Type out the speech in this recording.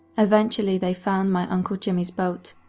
eventually, they found my uncle jimmy's boat.